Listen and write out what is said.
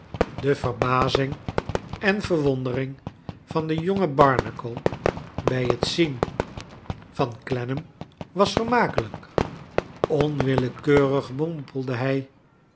de verbazing en verwondering van den jongen baxnacle bij het zien van clen j nana was vermakelijk onwillekcurig i mompelde hij